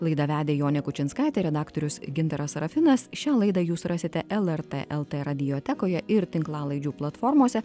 laidą vedė jonė kučinskaitė redaktorius gintaras sarafinas šią laidą jūs rasite lrt lt radiotekoje ir tinklalaidžių platformose